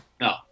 No